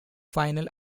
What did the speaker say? final